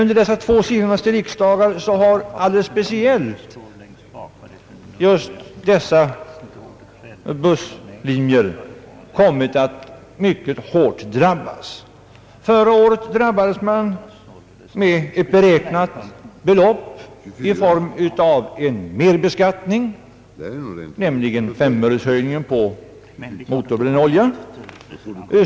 Vid de två senaste riksdagarna har speciellt just dessa busslinjer kommit att drabbas mycket hårt. Förra året drabbades de av en merbeskattning, nämligen 5 öres höjning av skatten på motorbrännolja.